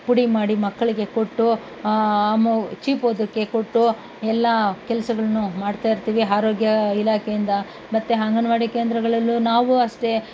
ಪುಡಿ ಮಾಡಿ ಮಕ್ಕಳಿಗೆ ಕೊಟ್ಟು ಮು ಚೀಪೋದಿಕ್ಕೆ ಕೊಟ್ಟು ಎಲ್ಲ ಕೆಲಸಗಳನ್ನೂ ಮಾಡ್ತಾಯಿರ್ತೀವಿ ಆರೋಗ್ಯ ಇಲಾಖೆಯಿಂದ ಮತ್ತೆ ಅಂಗನವಾಡಿ ಕೇಂದ್ರಗಳಲ್ಲೂ ನಾವೂ ಅಷ್ಟೇ